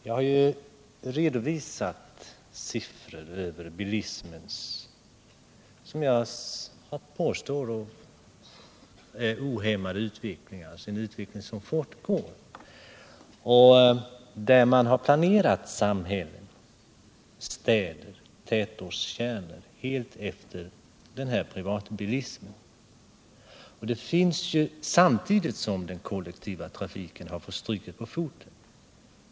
Jag har redovisat siffror över bilismens, som jag påstår, ohämmade utveckling. Det är en utveckling som fortgår. Samhällen, städer och tätortskärnor är planerade helt efter privatbilismen, samtidigt som den kollektiva trafiken har fått stryka på foten.